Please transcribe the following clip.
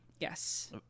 Yes